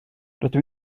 rydw